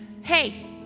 hey